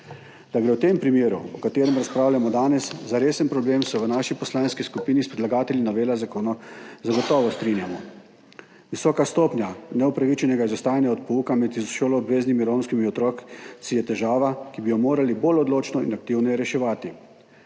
Da gre v tem primeru, o katerem razpravljamo danes, za resen problem, se v naši poslanski skupini s predlagatelji novele zakona zagotovo strinjamo. Visoka stopnja neopravičenega izostajanja od pouka med šoloobveznimi romskimi otroki je težava, ki bi jo morali bolj odločno in aktivneje reševati.